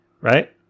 right